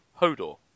Hodor